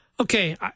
Okay